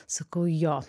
sakau jo